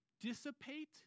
dissipate